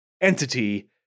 entity